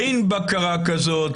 אין בקרה כזאת,